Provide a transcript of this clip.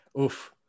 Oof